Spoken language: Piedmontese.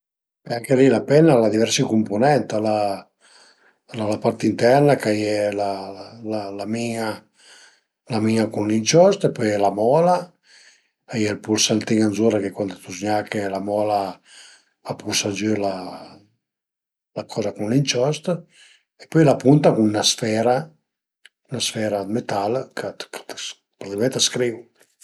E anche li la penna al a diversi cumpunent, al a al a la part interna ch'a ie la la la min-a, la min-a cun l'inciost e pöi la mola, a ie ël pulsantin zura che cuande t'lu zgnache la mola a pusa giü la la coza cun l'inciost e pöi la punta cun la sfera, 'na sfera dë metal che praticament a scrìu